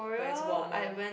when it's warmer